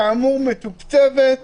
כאמור מתוקצבת,